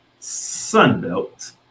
Sunbelt